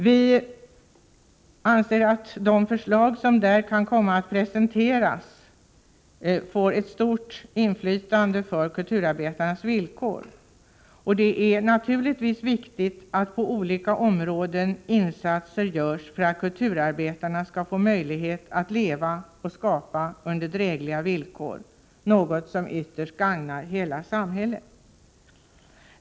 Vi anser att de förslag som där kan komma att presenteras får ett stort inflytande på kulturarbetarnas villkor. Det är naturligtvis viktigt att insatser görs på olika områden för att kulturarbetarna skall få möjlighet att leva och skapa under drägliga villkor, något som ytterst gagnar hela samhället.